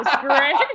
great